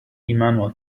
immanuel